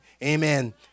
Amen